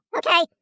okay